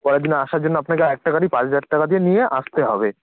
পরের দিন আসার জন্য আপনাকে আরেকটা গাড়ি পাঁচ হাজার টাকা দিয়ে নিয়ে আসতে হবে